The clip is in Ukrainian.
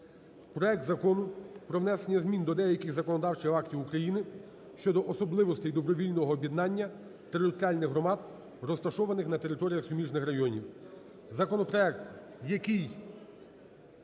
проект Закону про внесення змін до деяких законодавчих актів України щодо особливостей добровільного об'єднання територіальних громад, розташованих на територіях суміжних районів.